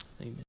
Amen